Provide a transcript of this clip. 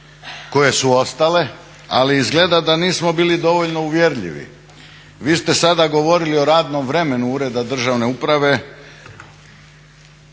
koje su ostale. Ali izgleda da nismo bili dovoljno uvjerljivi. Vi ste sada govorili o radnom vremenu Ureda državne uprave,